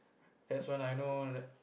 that's when I know that